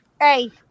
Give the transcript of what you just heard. Hey